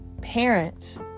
parents